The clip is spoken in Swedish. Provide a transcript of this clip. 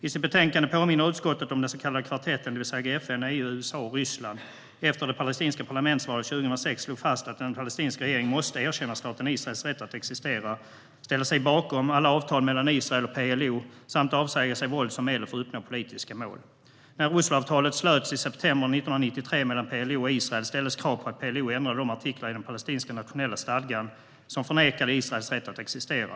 I sitt betänkande påminner utskottet om att den så kallade kvartetten, det vill säga FN, EU, USA och Ryssland, efter det palestinska parlamentsvalet 2006 slog fast att den palestinska regeringen måste erkänna staten Israels rätt att existera, ställa sig bakom alla avtal mellan Israel och PLO samt avsäga sig våld som medel för att uppnå politiska mål. När Osloavtalet slöts i september 1993 mellan PLO och Israel ställdes krav på att PLO skulle ändra de artiklar i den palestinska nationella stadgan som förnekade Israels rätt att existera.